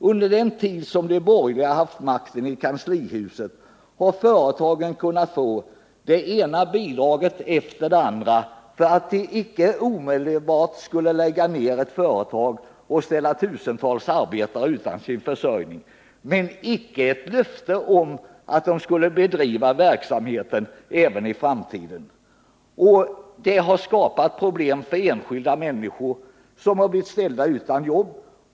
Under den tid som de borgerliga haft makten i kanslihuset har företagen kunnat få det ena bidraget efter det andra för att de inte omedelbart skulle lägga ner verksamheten och ställa tusentals arbetare utan sin försörjning, men det lämnades från deras sida inte något löfte om att de skulle bedriva sin verksamhet även i framtiden. Detta har skapat problem för enskilda människor som blivit ställda utan jobb.